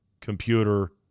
computer